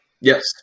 yes